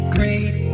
Great